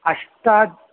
अष्टा